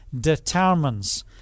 determines